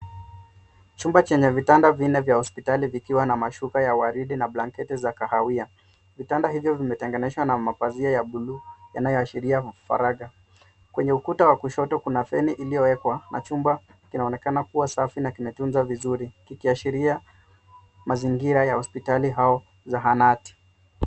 Chumba chenye vitanda vinne vya hosipitali vikiwa na mashuka ya waridi na blanketi za kahawia ,vitanda hivyo vimeteganishwa na mapazia ya blue yanayoashiria mpaka .Kwenye ukuta wa kushoto kuna feni iliyowekwa na chumba kinaonekana kuwa safi na kimetunzwa vizuri ikiashiria mazingira ya hosipitali au zahanati.